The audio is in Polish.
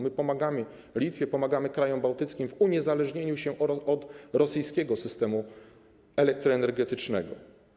My pomagamy Litwie, pomagamy krajom bałtyckim w uniezależnieniu się od rosyjskiego systemu elektroenergetycznego.